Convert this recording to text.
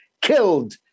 killed